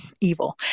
evil